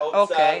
מהאוצר -- אוקיי,